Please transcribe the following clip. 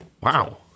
Wow